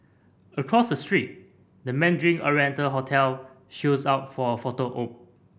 across the street the Mandarin Oriental hotel shows up for a photo op